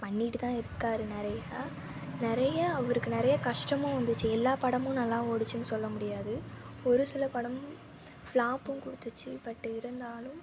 பண்ணிக்கிட்டு தான் இருக்கார் நிறையா நிறையா அவருக்கு நிறையா கஷ்டமும் வந்துச்சு எல்லா படமும் நல்லா ஓடுச்சின்னு சொல்ல முடியாது ஒரு சில படம் ஃப்ளாப்பும் கொடுத்துச்சி பட்டு இருந்தாலும்